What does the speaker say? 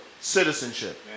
citizenship